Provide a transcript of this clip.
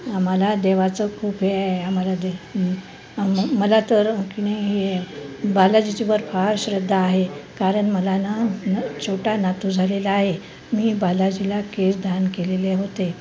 आम्हाला देवाचं खूप हे आहे आम्हाला दे आम मला तर की नाही हे बालाजीचीवर फार श्रद्धा आहे कारण मला ना छोटा नातू झालेला आहे मी बालाजीला केस दान केलेले होते